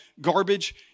garbage